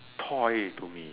toy to me